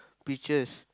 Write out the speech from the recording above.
pictures